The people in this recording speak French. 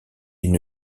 une